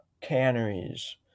canneries